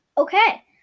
Okay